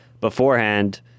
beforehand